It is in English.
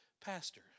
pastor